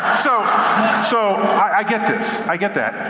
so so i get this, i get that.